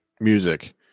music